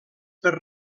per